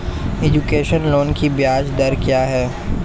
Education loan की ब्याज दर क्या है?